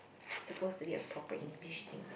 supposed to be a proper English thing